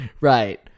right